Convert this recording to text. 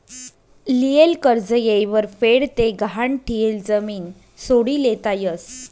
लियेल कर्ज येयवर फेड ते गहाण ठियेल जमीन सोडी लेता यस